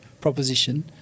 proposition